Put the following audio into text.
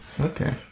Okay